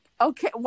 Okay